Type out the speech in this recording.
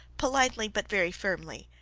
politely but very firmly,